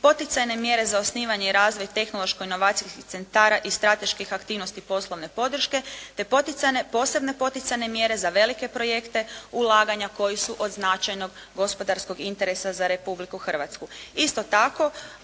poticajne mjere za osnivanje i razvoj tehnološko-inovacijskih sredstava i strateških aktivnosti poslovne podrške te poticajne, posebne poticajne mjere za velike projekte ulaganja koji su od značajnog gospodarskog interesa za Republiku Hrvatsku.